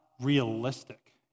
realistic